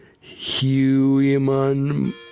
Human